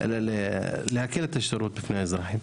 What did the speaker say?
איך ניתן להקל על השירות בפני האזרחים,